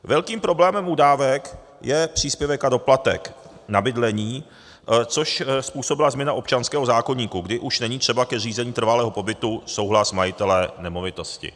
Velkým problémem u dávek je příspěvek a doplatek na bydlení, což způsobila změna občanského zákoníku, kdy už není třeba ke zřízení trvalého pobytu souhlas majitele nemovitosti.